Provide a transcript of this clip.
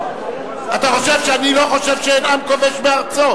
אתה חושב שאני לא חושב שאין עם כובש בארצו?